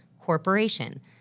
Corporation